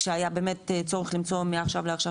כשהיה באמת צורך למצוא מעכשיו לעכשיו